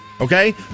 okay